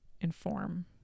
inform